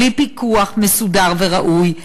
בלי פיקוח מסודר וראוי,